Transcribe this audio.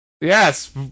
Yes